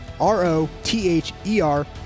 R-O-T-H-E-R